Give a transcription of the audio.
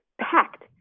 packed